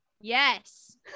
Yes